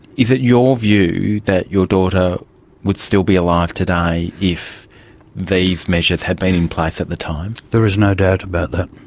is it your view that your daughter would still be alive today if these measures had been in place at the time. there is no doubt about that.